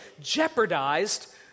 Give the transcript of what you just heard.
jeopardized